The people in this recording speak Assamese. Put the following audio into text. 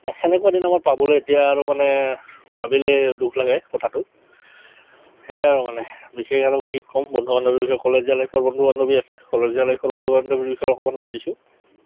সেনেকুৱা দিন আমাৰ পাবলৈ এতিয়া আৰু মানে ভাবিলেই দুখ লাগে কথাটো সেয়াই আৰু মানে বিশেষ আৰু কি কম বন্ধু বান্ধৱীৰ বিষয়ে কলেজীয়া লাইফৰ বন্ধু বান্ধৱী আছে কলেজীয়া লাইফৰ বন্ধু বান্ধৱ বিষয়ে অকণমান কৈ দিছোঁ